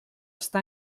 està